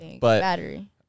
Battery